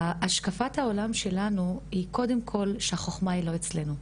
השקפת העולם שלנו היא קודם כל שהחוכמה היא לא אצלינו.